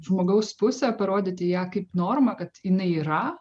žmogaus pusę parodyti ją kaip normą kad jinai yra